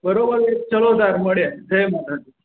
બરાબર છે ચાલો ત્યારે મળીએ જય માતાજી